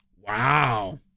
Wow